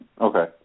Okay